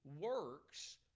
works